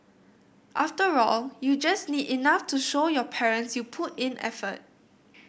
after all you just need enough to show your parents you put in effort